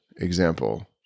example